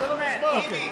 אחמד,